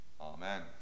Amen